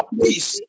peace